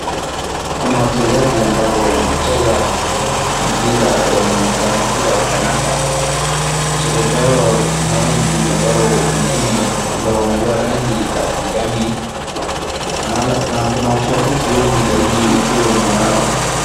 Kuna wachezaji ambao huwa wanacheza mpira wa kadanda. Wachezaji hawa kuna wengi ambao wengine ambao wamevaa rangi ya kijani na kuna mashabiki wengi zaidi uko nyuma yao.